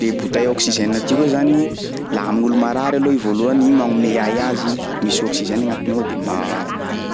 Le bouteille à oxygène ty koa zany laha amin'olo marary aloha i voalohany i magnome ay azy igny, misy oxygène agnatiny ao de mba